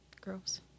Gross